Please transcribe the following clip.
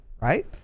right